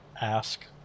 ask